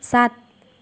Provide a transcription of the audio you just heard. सात